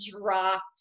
dropped